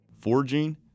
Forging